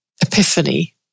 epiphany